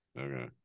Okay